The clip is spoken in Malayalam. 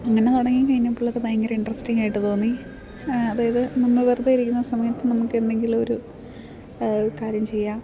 അങ്ങനെ തുടങ്ങി കഴിഞ്ഞപ്പോളത് ഭയങ്കര ഇൻട്രസ്റ്റിങ്ങ് ആയിട്ട് തോന്നി അതായത് നമ്മൾ വെറുതെ ഇരിക്കുന്ന സമയത്ത് നമുക്ക് എന്തെങ്കിലും ഒരു കാര്യം ചെയ്യാ